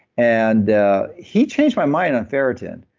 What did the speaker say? and he changed my mind on ferritin.